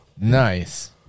Nice